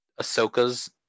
Ahsoka's